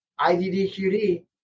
IDDQD